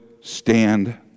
stand